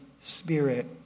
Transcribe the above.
Spirit